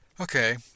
Okay